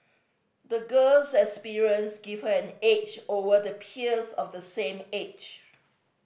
the girl's experiences gave her an edge over the peers of the same age